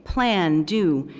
plan, do,